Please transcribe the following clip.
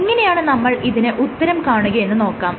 എങ്ങനെയാണ് നമ്മൾ ഇതിന് ഉത്തരം കാണുകയെന്ന് നോക്കാം